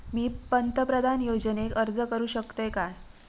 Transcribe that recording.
मी पंतप्रधान योजनेक अर्ज करू शकतय काय?